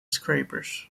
scrapers